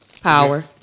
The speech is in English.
Power